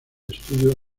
estudio